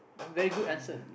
very good answer